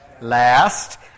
Last